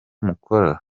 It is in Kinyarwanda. mukora